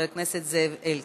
חבר הכנסת זאב אלקין.